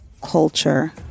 culture